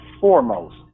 Foremost